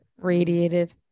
radiated